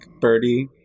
birdie